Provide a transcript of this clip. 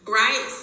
right